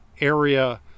area